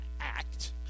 act